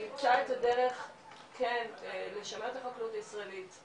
נמצא את הדרך כן לשמר את החקלאות הישראלית,